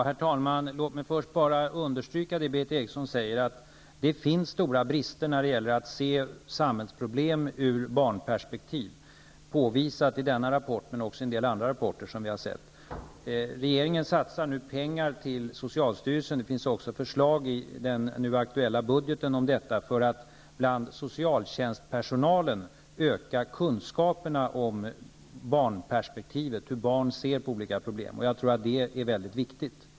Herr talman! Låt mig först understryka det Berith Eriksson säger om att det finns stora brister när det gäller att se samhällsproblem ur barnperspektiv. Det är påvisat i denna rapport, men också i en del andra rapporter som vi har sett. Regeringen ger nu pengar till socialstyrelsen -- det finns också förslag i den nu aktuella budgeten om detta -- för att öka kunskapen bland socialtjänstpersonalen om barnperspektivet och hur barn ser på olika problem. Jag tror att det är mycket viktigt.